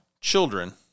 children